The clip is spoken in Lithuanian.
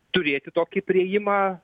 turėti tokį priėjimą